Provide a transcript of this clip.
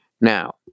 Now